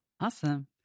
Awesome